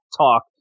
talk